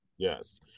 Yes